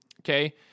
okay